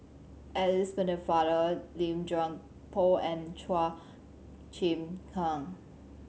Alice Pennefather Lim Chuan Poh and Chua Chim Kang